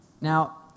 Now